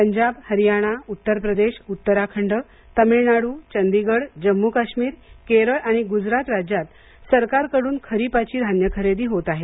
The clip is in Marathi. पंजाब हरयाणा उत्तर प्रदेश उत्तराखंड तमिळ नाडू चंदिगढ जम्मू काश्मीर केरळ आणि गुजरात राज्यात सरकारकडून खरीपाची धान्य खरेदी होत आहे